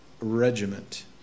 regiment